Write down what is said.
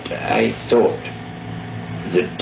i thought that